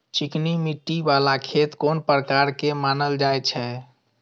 चिकनी मिट्टी बाला खेत कोन प्रकार के मानल जाय छै?